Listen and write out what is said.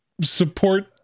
support